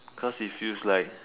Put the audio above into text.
cause it feels like